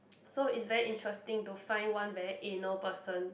so it's very interesting to find one very anal person